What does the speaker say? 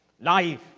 Life